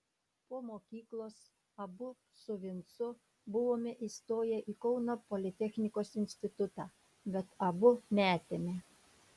po mokyklos abu su vincu buvome įstoję į kauno politechnikos institutą bet abu metėme